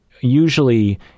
usually